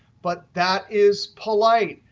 but that is polite.